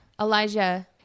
Elijah